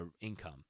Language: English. income